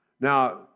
Now